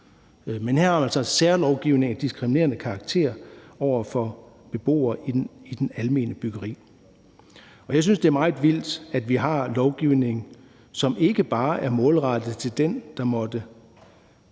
er det altså en særlovgivning af diskriminerende karakter over for beboere i det almene byggeri. Jeg synes, det er meget vildt, at vi har lovgivning, som ikke bare er målrettet den, der måtte